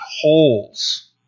holes